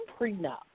prenup